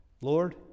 Lord